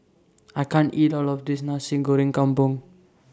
I can't eat All of This Nasi Goreng Kampung